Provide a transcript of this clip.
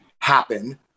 happen